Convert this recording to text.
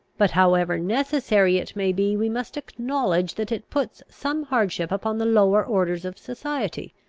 but, however necessary it may be, we must acknowledge that it puts some hardship upon the lower orders of society.